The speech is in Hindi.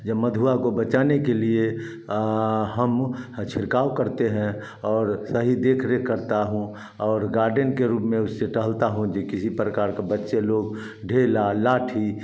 जब मधुआ को बचाने के लिए आ हम ह छिड़काव करते हैं और सही देख रेख करता हूँ और गार्डन के रूप में उसे टहलता हूँ जे किसी प्रकार का बच्चे लोग ढेला लाठी